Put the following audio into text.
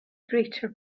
greater